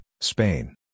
Spain